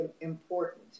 important